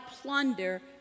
plunder